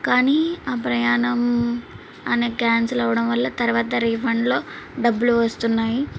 కానీ ఆ ప్రయాణం అనే క్యాన్సిల్ అవడం వల్ల తర్వాత రీఫండ్లో డబ్బులు వస్తున్నాయి